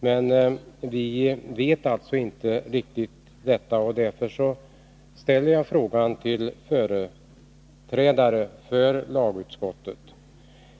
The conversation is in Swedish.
Men vi vet inte riktigt detta, och därför ställer jag frågan till företrädare för lagutskottet.